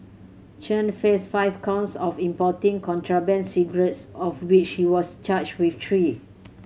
Chen faced five counts of importing contraband cigarettes of which he was charged with three